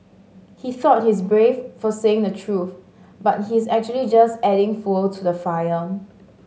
he thought he's brave for saying the truth but he's actually just adding fuel to the fire